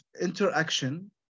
interaction